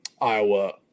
Iowa